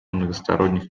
многосторонних